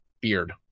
beard